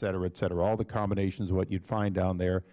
cetera et cetera all the combinations of what you find down there